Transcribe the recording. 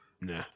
Nah